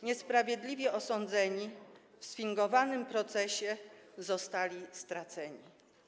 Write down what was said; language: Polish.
Niesprawiedliwie osądzeni w sfingowanym procesie, zostali straceni.